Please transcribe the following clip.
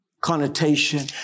connotation